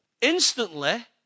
instantly